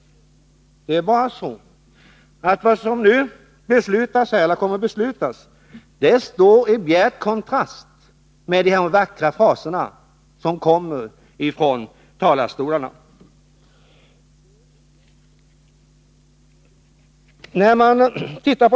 Vad som nu kommer att beslutas står i bjärt kontrast till de vackra fraser som framförts från talarstolarna.